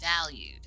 valued